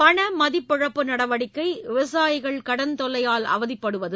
பணமதிப்பிழப்பு நடவடிக்கை விவசாயிகள் கடன் தொல்லையால் அவதிப்படுவது